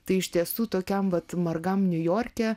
tai iš tiesų tokiam vat margam niujorke